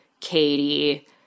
Katie